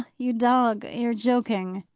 you dog! you're joking,